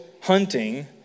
hunting